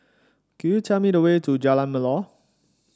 could you tell me the way to Jalan Melor